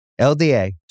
LDA